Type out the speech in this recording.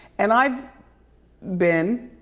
and i've been.